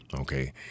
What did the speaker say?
okay